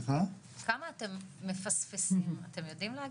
כמה אתם מפספסים אתם יודעים להגיד?